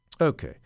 Okay